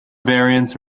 variants